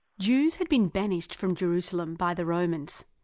jews had been banished from jerusalem by the romans,